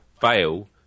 fail